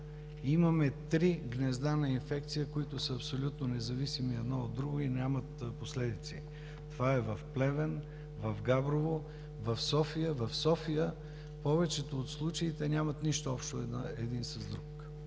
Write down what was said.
Имаме три гнезда на инфекция, които са абсолютно независими едно от друго и нямат последици – това е в Плевен, в Габрово, в София. В София повечето от случаите нямат нищо общо един с друг.